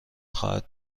خواهد